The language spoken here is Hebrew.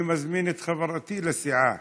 אני מזמין את חברתי לסיעה.